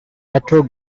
metro